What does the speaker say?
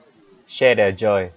share their joy